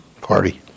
party